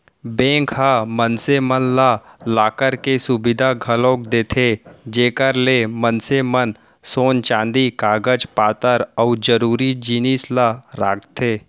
bank ह मनसे मन ला लॉकर के सुबिधा घलौ देथे जेकर ले मनसे मन सोन चांदी कागज पातर अउ जरूरी जिनिस ल राखथें